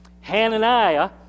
Hananiah